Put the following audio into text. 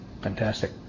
Fantastic